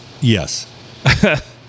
yes